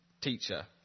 Teacher